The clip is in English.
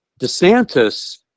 DeSantis